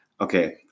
Okay